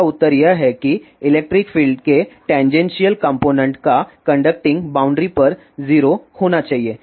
इसका उत्तर यह है कि इलेक्ट्रिक फील्ड के टैनजेशिअल कॉम्पोनेन्ट का कंडक्टिंग बाउंड्री पर 0 होना चाहिए